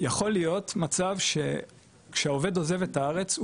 יכול להיות מצב שכשהעובד עוזב את הארץ,